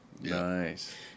Nice